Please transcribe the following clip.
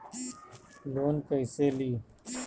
Loan कईसे ली?